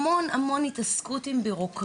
ישנה המון התעסקות עם בירוקרטיה,